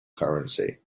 currency